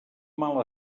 mal